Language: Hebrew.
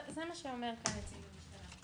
זה מה שאומר כאן נציג הממשלה.